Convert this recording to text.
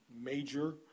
major